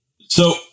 So-